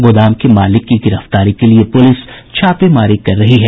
गोदाम मालिक की गिरफ्तारी के लिए पुलिस छापेमारी कर रही है